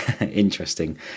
Interesting